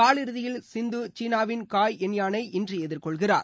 காலிறுதியில் சிந்து சீனாவின் காய் யான்யானை இன்று எதிர் கொள்கிறார்